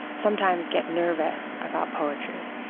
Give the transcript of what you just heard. sometimes get nervous about poetry.